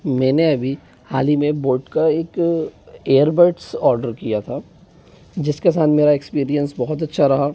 मैंने अभी हाल ही में बोट का एक ईयर बड्स ऑर्डर किया था जिसके साथ मेरा एक्सपीरियंस बहुत अच्छा रहा